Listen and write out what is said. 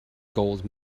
gold